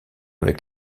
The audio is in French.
avec